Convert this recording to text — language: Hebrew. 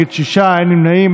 בעד, 15, נגד, שישה, אין נמנעים.